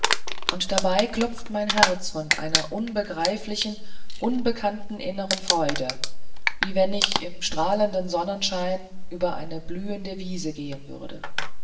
und dabei klopft mein herz von einer unbegreiflichen unbekannten inneren freude wie wenn ich im strahlenden sonnenschein über eine blühende wiese gehen würde